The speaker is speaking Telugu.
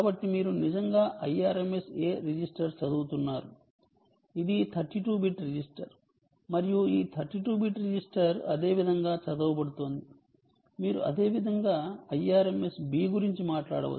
కాబట్టి మీరు నిజంగా IrmsA రిజిస్టర్ చదువుతున్నారు ఇది 32 బిట్ రిజిస్టర్ మరియు ఈ 32 బిట్ రిజిస్టర్ అదేవిధంగా చదవబడుతోంది మీరు అదేవిధంగా IrmsB గురించి మాట్లాడవచ్చు